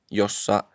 jossa